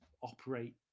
operate